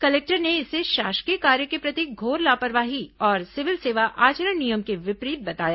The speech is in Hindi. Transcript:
कलेक्टर ने इसे शासकीय कार्य के प्रति घोर लापरवाही और सिविल सेवा आचरण नियम के विपरीत बताया